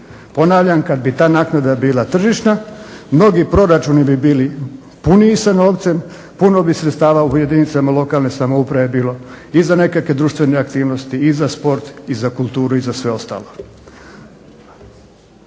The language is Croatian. Ponavljam, kad bi ta naknada bila tržišna mnogi proračuni bi bili puniji sa novcem, puno bi sredstava u jedinicama lokalne samouprave bilo i za nekakve društvene aktivnosti, i za sport, i za kulturu i za sve ostalo.